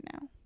now